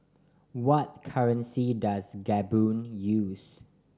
what currency does Gabon use